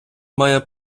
має